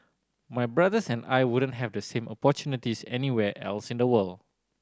my brothers and I wouldn't have the same opportunities anywhere else in the world